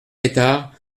tétart